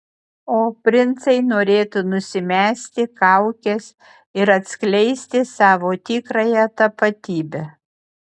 o princai norėtų nusimesti kaukes ir atskleisti savo tikrąją tapatybę